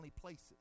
places